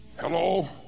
Hello